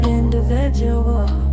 individual